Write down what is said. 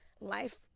life